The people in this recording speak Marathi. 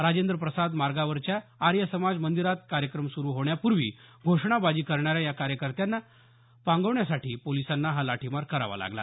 राजेंद्र प्रसाद मार्गावरच्या आर्य समाज मंदिरात कार्यक्रम सुरू होण्यापूर्वी घोषणाबाजी करणाऱ्या या कार्यकत्यांना पांगवण्यासाठी पोलिसांना हा लाठीमार करावा लागला